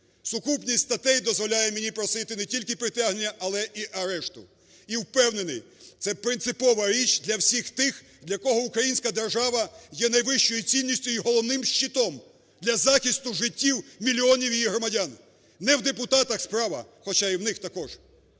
Сукупність статей дозволяє мені просити не тільки притягнення, але і арешту. І впевнений, це принципова річ для всіх тих, для кого українська держава є найвищою цінністю і головним щитом для захисту життів мільйонів її громадян. Не в депутатах справа, хоча і в них також,